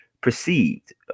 perceived